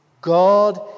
God